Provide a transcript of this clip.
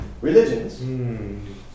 Religions